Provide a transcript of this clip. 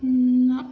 نہَ